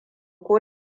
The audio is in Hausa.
ko